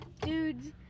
dudes